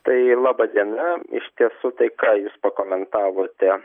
tai laba diena iš tiesų tai ką jūs pakomentavote